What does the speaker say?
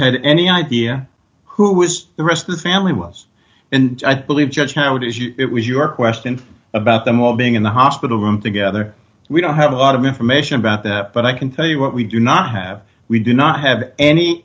had any idea who was the rest of the family was and i believe judge howard is you it was your question about them all being in the hospital room together we don't have a lot of information about that but i can tell you what we do not have we do not have any